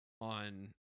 on